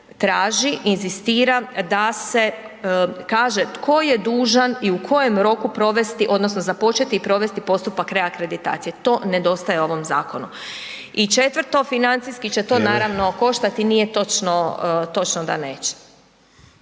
traži, inzistira da se kaže tko je dužan i u kojem roku provesti odnosno započeti i provesti postupak reakreditacije, to nedostaje u ovom zakonu. I četvrto, financijski će to naravno koštati. Nije točno, točno da neće.